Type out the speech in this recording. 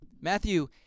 Matthew